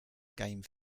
game